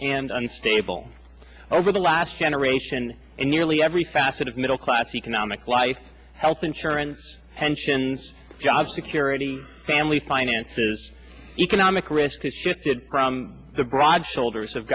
and unstable over the last generation in nearly every facet of middle class economic life health insurance pensions job security family finances economic risk has shifted from the broad shoulders of